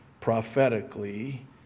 prophetically